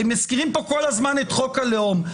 הרי מזכירים כאן כל הזמן את חוק הלאום.